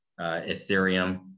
Ethereum